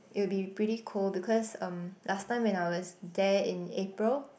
it would be pretty cold because um last time when I was there in April